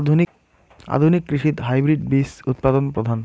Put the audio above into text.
আধুনিক কৃষিত হাইব্রিড বীজ উৎপাদন প্রধান